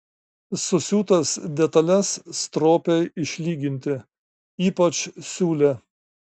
susiūtas detales stropiai išlyginti ypač siūlę